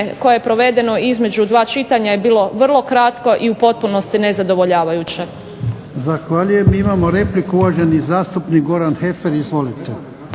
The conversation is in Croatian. koje je provedeno između dva čitanja je bilo vrlo kratko i u potpunosti nezadovoljavajuće.